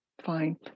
fine